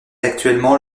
actuellement